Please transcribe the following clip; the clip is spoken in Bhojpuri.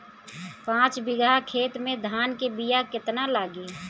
पाँच बिगहा खेत में धान के बिया केतना लागी?